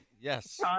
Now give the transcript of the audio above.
Yes